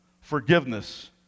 forgiveness